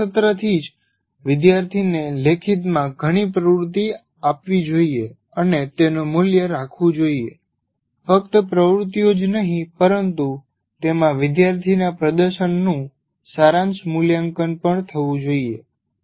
પ્રથમ સત્રથી જ વિદ્યાર્થીને લેખિતમાં ઘણી પ્રવૃત્તિ આપવી જોઈએ અને તેનું મૂલ્ય રાખવું જોઈએ ફક્ત પ્રવૃત્તિઓ જ નહીં પરંતુ તેમાં વિદ્યાર્થીના પ્રદર્શનનું સારાંશ મૂલ્યાંકન પણ થવું જોઈએ